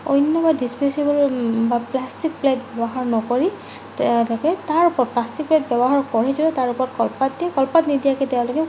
অন্য বা ডিস্পজেবল বা প্লাষ্টিক প্লেট ব্যৱহাৰ নকৰি তেওঁলোকে তাৰ ওপৰত প্লাষ্টিক প্লেট ব্যৱহাৰ কৰে যদিও তাৰ ওপৰত কলপাত দিয়ে কলপাত নিদিয়াকে তেওঁলোকে